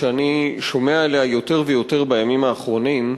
שאני שומע עליה יותר ויותר בימים האחרונים.